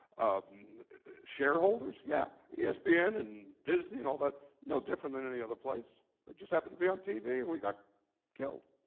um shareholders? yeah. yeah espn, and and disney, and all that no different than any other place. we just happened to be on tv and we got killed.